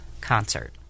concert